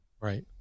Right